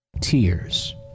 Tears